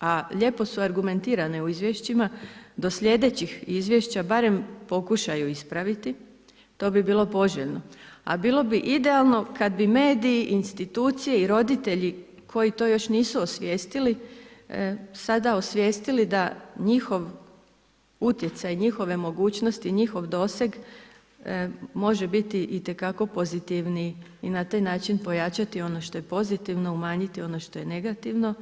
a lijepo su argumentirane u izvješćima, do slijedećih izvješća barem pokušaju ispraviti, to bi bilo poželjno, a bilo bi idealno kada mediji, institucije i roditelji koji to još nisu osvijestili, sada osvijestili da njihov utjecaj, njegove mogućnosti, njihov doseg može biti itekako pozitivniji i na taj način pojačati ono što je pozitivno, umanjiti ono što je negativno.